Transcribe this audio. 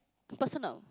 personal